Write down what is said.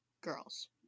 girls